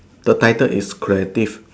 the title is creative